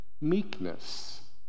meekness